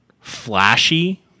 flashy